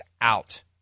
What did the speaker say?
out